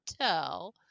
tell